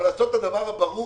אבל לעשות את הדבר הברור,